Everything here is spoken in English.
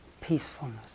peacefulness